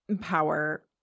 power